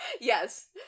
Yes